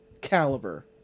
Caliber